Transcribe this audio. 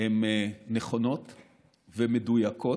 הן נכונות ומדויקות,